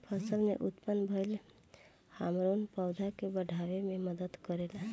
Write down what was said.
फसल में उत्पन्न भइल हार्मोन पौधा के बाढ़ावे में मदद करेला